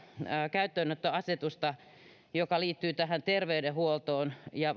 käyttöönottoasetusta joka liittyy terveydenhuoltoon ja